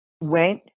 went